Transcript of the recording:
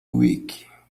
weak